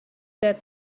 that